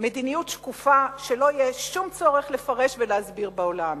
מדיניות שקופה שלא יהיה שום צורך לפרש ולהסביר בעולם.